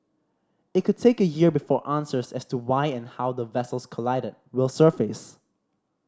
it could take a year before answers as to why and how the vessels collided will surface